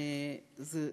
זו